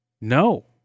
No